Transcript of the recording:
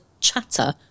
chatter